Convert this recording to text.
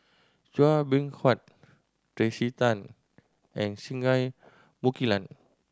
Chua Beng Huat Tracey Tan and Singai Mukilan